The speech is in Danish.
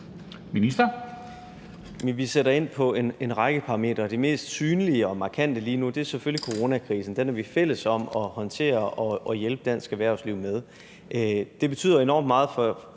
Kollerup): Vi sætter ind på en række parametre. Det mest synlige og markante lige nu er selvfølgelig coronakrisen. Den er vi fælles om at håndtere og hjælpe dansk erhvervsliv med. Det betyder enormt meget for